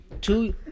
two